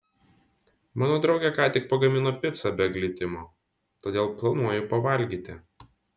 mano draugė ką tik pagamino picą be glitimo todėl planuoju pavalgyti